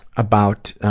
about